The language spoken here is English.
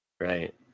Right